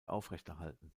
aufrechterhalten